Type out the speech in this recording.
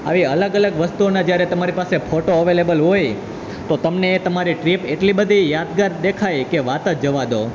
આવી અલગ અલગ વસ્તુઓના જ્યારે તમારી પાસે ફોટો અવેલેબલ હોય તો તમને એ તમારી ટ્રીપ એટલી બધી યાદગાર દેખાય કે વાત જ જવા દો